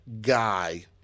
guy